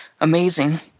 amazing